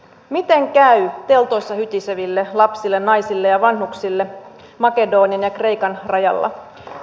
miten käy teltoissa hytiseville lapsille naisille ja vanhuksille makedonian ja kreikan rajalla